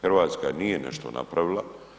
Hrvatska nije nešto napravila.